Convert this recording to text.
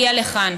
הכנסת.